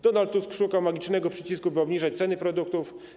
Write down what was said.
Donald Tusk szukał magicznego przycisku, by obniżać ceny produktów.